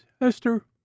Esther